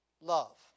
love